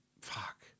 Fuck